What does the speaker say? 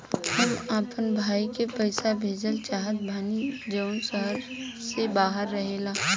हम अपना भाई के पइसा भेजल चाहत बानी जउन शहर से बाहर रहेला